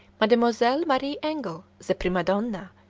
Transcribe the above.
mademoiselle marie engle, the prima-donna,